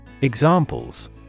Examples